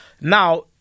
Now